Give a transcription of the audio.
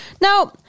Now